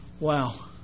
Wow